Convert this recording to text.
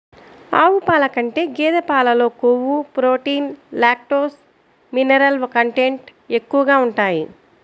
ఆవు పాల కంటే గేదె పాలలో కొవ్వు, ప్రోటీన్, లాక్టోస్, మినరల్ కంటెంట్ ఎక్కువగా ఉంటాయి